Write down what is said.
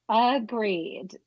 Agreed